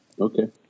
Okay